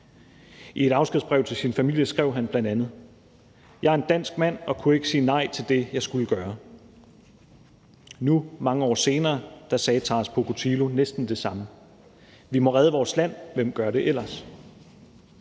I et afskedsbrev til sin familie skrev han bl.a.: Jeg er en dansk mand og kunne ikke sige nej til det, jeg skulle gøre. Nu, mange år senere, siger Taras Pokotilo næsten det samme: Vi må redde vores land – hvem gør det ellers?